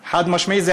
חד-משמעית.